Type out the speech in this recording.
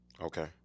Okay